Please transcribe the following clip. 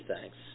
thanks